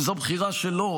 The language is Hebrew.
וזו בחירה שלו,